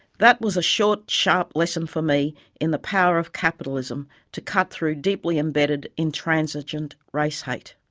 that was a short, sharp lesson for me in the power of capitalism to cut through deeply embedded, intransigent race hate.